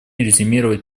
резюмировать